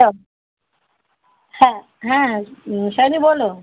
হ্যাঁ হ্যাঁ হ্যাঁ হ্যালো বলো